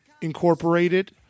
incorporated